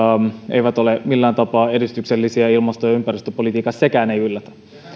eivät ole millään tapaa edistyksellisiä ilmasto ja ympäristöpolitiikassa sekään ei yllätä